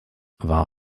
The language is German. war